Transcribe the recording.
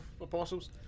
apostles